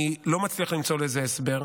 אני לא מצליח למצוא לזה הסבר.